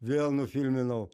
vėl nufilminau